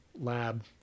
lab